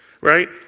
right